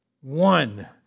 one